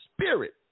spirit